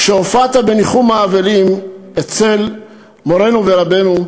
כשהופעת בניחום האבלים אצל מורנו ורבנו,